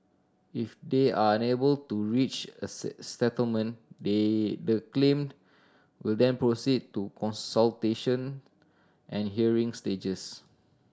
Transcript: if they are unable to reach a settlement the the claim will then proceed to consultation and hearing stages